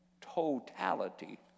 totality